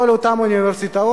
כל אותן אוניברסיטאות